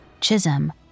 Chisholm